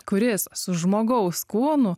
kuris su žmogaus kūnu